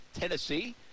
Tennessee